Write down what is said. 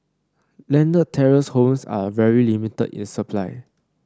landed terrace homes are very limited in supply